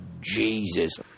Jesus